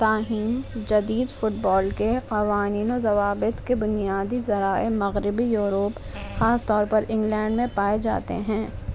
تاہم جدید football کے قوانین و ضوابط کے بنیادی ذرائع مغربی یورپ خاص طور پر انگلینڈ میں پائے جاتے ہیں